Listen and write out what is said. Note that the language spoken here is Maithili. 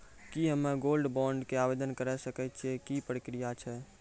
की हम्मय गोल्ड बॉन्ड के आवदेन करे सकय छियै, की प्रक्रिया छै?